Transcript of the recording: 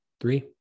Three